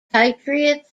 patriots